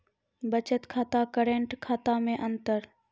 बचत खाता करेंट खाता मे अंतर?